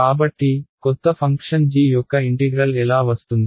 కాబట్టి కొత్త function g యొక్క ఇంటిగ్రల్ ఎలా వస్తుంది